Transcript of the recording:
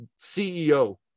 CEO